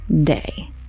day